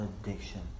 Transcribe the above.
addiction